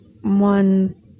one